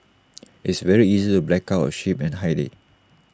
it's very easy to black out A ship and hide IT